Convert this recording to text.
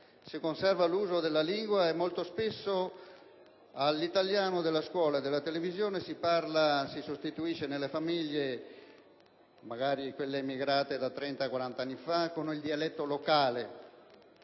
Si conserva l'uso della lingua e molto spesso all'italiano della scuola e della televisione si sostituisce nelle famiglie, magari quelle emigrate 30 o 40 anni fa, il dialetto locale;